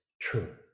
True